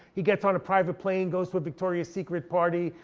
he gets on a private plane, goes to a victoria's secret party,